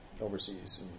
overseas